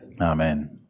Amen